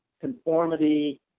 conformity